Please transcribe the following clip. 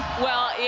well,